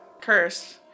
Curse